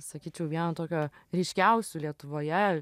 sakyčiau vieno tokio ryškiausių lietuvoje